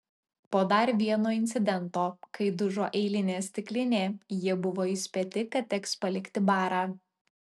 po dar vieno incidento kai dužo eilinė stiklinė jie buvo įspėti kad teks palikti barą